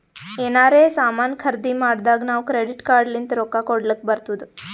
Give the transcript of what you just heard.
ಎನಾರೇ ಸಾಮಾನ್ ಖರ್ದಿ ಮಾಡ್ದಾಗ್ ನಾವ್ ಕ್ರೆಡಿಟ್ ಕಾರ್ಡ್ ಲಿಂತ್ ರೊಕ್ಕಾ ಕೊಡ್ಲಕ್ ಬರ್ತುದ್